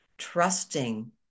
trusting